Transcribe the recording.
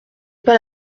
pas